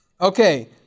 Okay